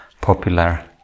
popular